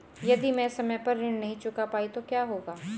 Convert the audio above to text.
यदि मैं समय पर ऋण नहीं चुका पाई तो क्या होगा?